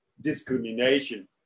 discrimination